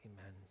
Amen